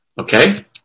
Okay